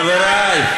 חברי,